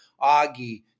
Augie